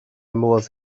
modd